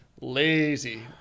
lazy